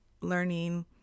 learning